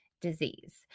disease